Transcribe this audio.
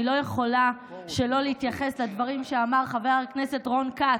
אני לא יכולה שלא להתייחס לדברים שאמר חבר הכנסת רון כץ.